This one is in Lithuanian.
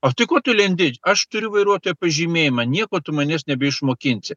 o tai ko tu lendi aš turiu vairuotojo pažymėjimą nieko tu manęs nebeišmokinsi